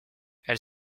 elle